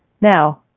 Now